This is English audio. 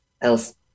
else